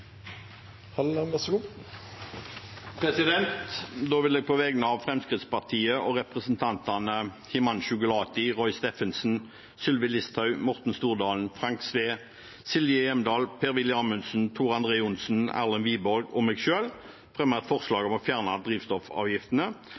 vil på vegne av Fremskrittsparti-representantene Himanshu Gulati, Roy Steffensen, Sylvi Listhaug, Morten Stordalen, Frank Edvard Sve, Silje Hjemdal, Per-Willy Amundsen, Tor André Johnsen, Erlend Wiborg og meg selv fremme et forslag